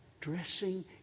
dressing